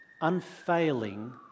unfailing